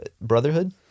Brotherhood